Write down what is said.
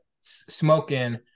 smoking